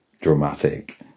dramatic